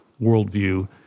worldview